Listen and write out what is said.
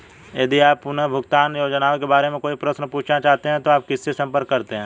यदि आप पुनर्भुगतान योजनाओं के बारे में कोई प्रश्न पूछना चाहते हैं तो आप किससे संपर्क करते हैं?